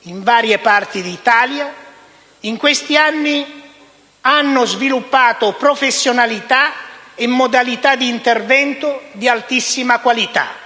in varie parti d'Italia, in questi anni hanno sviluppato professionalità e modalità di intervento di altissima qualità.